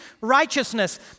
righteousness